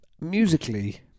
Musically